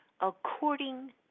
According